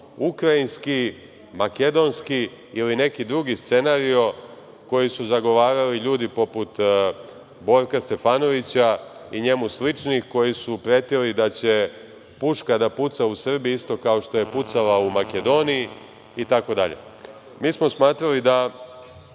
ukrajinski, makedonski ili neki drugi scenario koji su zagovarali ljudi, poput Borka Stefanovića i njemu sličnih, koji su pretili da će puška da puca u Srbiji isto kao što je pucala u Makedoniji itd. Smatrali